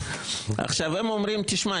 הם אמרו: "תשמע,